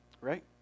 right